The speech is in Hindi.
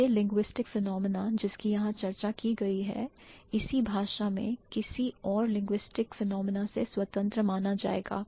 यह linguistic phenomenon जिसकी यहां चर्चा की गई है इसी भाषा में किसी और linguistic phenomenon से स्वतंत्र माना जाएगा